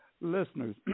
listeners